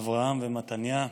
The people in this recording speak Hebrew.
אברהם ומתניה,